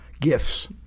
gifts